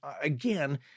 again